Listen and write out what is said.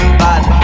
bad